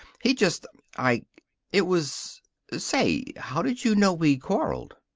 he just i it was say, how did you know we'd quarreled?